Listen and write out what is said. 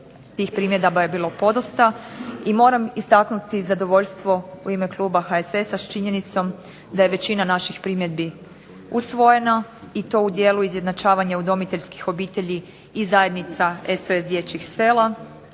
tih primjedaba je bilo podosta. I moram istaknuti zadovoljstvo u ime kluba HSS-a s činjenicom da je većina naših primjedbi usvojena i to u dijelu izjednačavanja udomiteljskih obitelji i zajednica SOS dječjih sela